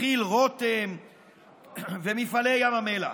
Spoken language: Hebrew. כי"ל רותם ומפעלי ים המלח.